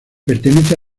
pertenece